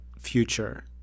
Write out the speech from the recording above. future